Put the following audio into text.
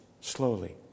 Slowly